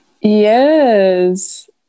Yes